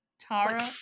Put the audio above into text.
Tara